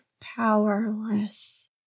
powerless